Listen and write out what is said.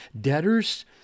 debtors